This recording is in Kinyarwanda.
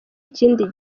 ikindi